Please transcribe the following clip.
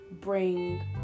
bring